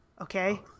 okay